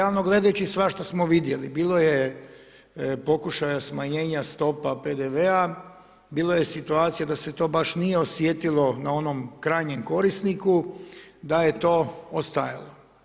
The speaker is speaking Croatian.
Realno gledajući, svašta smo vidjeli, bilo je pokušaja smanjenja stopa PDV-a, bilo je situacija da se to baš nije osjetilo na onom krajnjem korisniku, da je to ostajalo.